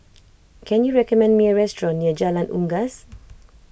can you recommend me a restaurant near Jalan Unggas